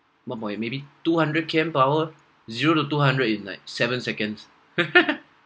one point maybe two hundred K_M per hour zero to hundred in like seven seconds